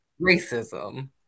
racism